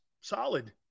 Solid